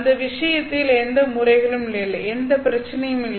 அந்த விஷயத்தில் எந்த முறைகளும் இல்லை எந்த பிரச்சனையும் இல்லை